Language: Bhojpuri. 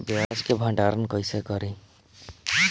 प्याज के भंडारन कईसे करी?